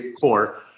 core